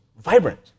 vibrant